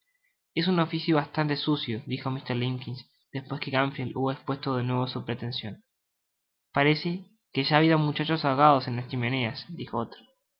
es un oficio bastante sucio dijo mr limbkins despues que gamfield hubo expuesto de nuevo su pretension parece que ya ha habido muchachos ahogados en las chimeneas dijo